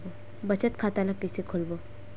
बचत खता ल कइसे खोलबों?